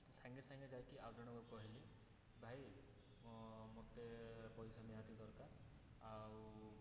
ସାଙ୍ଗେସାଙ୍ଗେ ଯାଇକି ଆଉ ଜଣଙ୍କୁ କହିଲି ଭାଇ ମୁଁ ମୋତେ ପଇସା ନିହାତି ଦରକାର ଆଉ